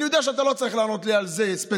אני יודע שאתה לא צריך לענות לי על זה ספציפית,